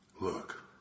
Look